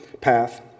path